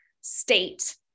state